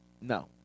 No